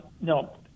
no